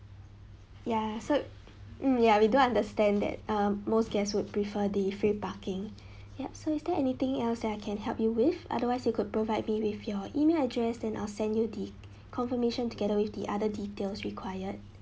ya so mm ya we do understand that uh most guest would prefer the free parking yup so is there anything else that I can help you with otherwise you could provide me with your email address then I'll send you the confirmation together with the other details required